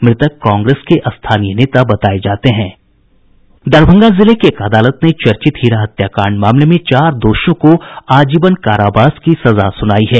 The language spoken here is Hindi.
मृतक कांग्रेस के स्थानीय नेता बताये जाते हैं दरभंगा जिले की एक अदालत ने चर्चित हीरा हत्याकांड मामले में चार दोषियों को आजीवन कारावास की सजा सुनाई है